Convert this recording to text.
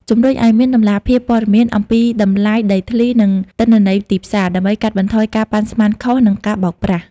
ជំរុញឲ្យមានតម្លាភាពព័ត៌មានអំពីតម្លៃដីធ្លី និងទិន្នន័យទីផ្សារ ដើម្បីកាត់បន្ថយការប៉ាន់ស្មានខុស និងការបោកប្រាស់។